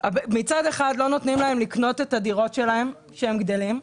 מצד אחד לא נותנים להם לקנות את הדירות שלהם כשהם גדלים,